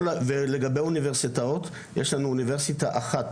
ולגבי אוניברסיטאות, יש לנו אוניברסיטה אחת,